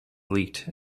leaked